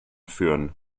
führen